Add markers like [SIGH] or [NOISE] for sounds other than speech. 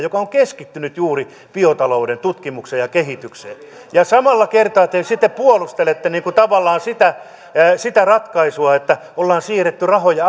[UNINTELLIGIBLE] joka on keskittynyt juuri biotalouden tutkimukseen ja kehitykseen viedään rahoitusosuudesta kaksikymmentäviisi prosenttia samalla kertaa te sitten puolustelette tavallaan sitä sitä ratkaisua että ollaan siirretty rahoja [UNINTELLIGIBLE]